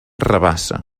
rabassa